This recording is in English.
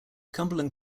cumberland